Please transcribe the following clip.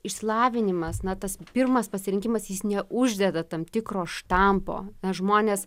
išsilavinimas na tas pirmas pasirinkimas jis neuždeda tam tikro štampo na žmonės